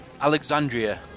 Alexandria